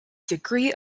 degree